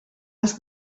els